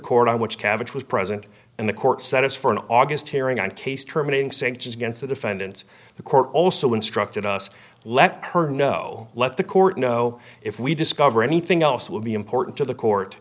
court on which cabbage was present and the court set us for an august hearing on case terminating sanctions against the defendants the court also instructed us let her know let the court know if we discover anything else will be important to the court